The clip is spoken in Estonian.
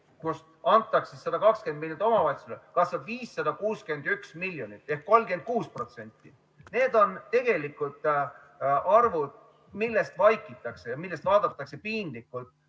antakse 120 miljonit omavalitsustele, kasvab 561 miljonit ehk 36%. Need on arvud, millest vaikitakse ja mille puhul vaadatakse piinlikult